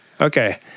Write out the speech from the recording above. Okay